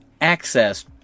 access